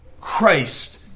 Christ